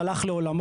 והוא הלך לעולמו.